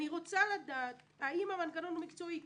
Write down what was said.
אני רוצה לדעת אם המנגנון הוא מקצועי.